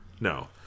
No